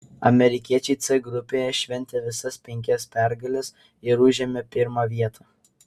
amerikiečiai c grupėje šventė visas penkias pergales ir užėmė pirmą vietą